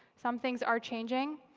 some things are changing.